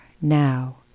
now